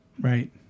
right